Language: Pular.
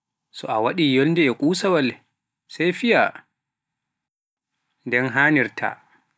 So a waɗi nyolnde e kusaawal, sai fiiya, nden haanirta dow.